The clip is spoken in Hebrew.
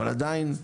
אבל עדיין,